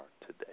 today